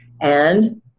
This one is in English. and-